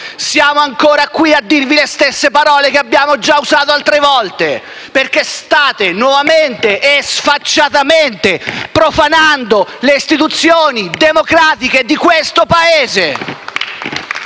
Siamo ancora qui a dirvi le stesse parole che abbiamo già usato molte altre volte perché state nuovamente e sfacciatamente profanando le istituzioni democratiche di questo Paese.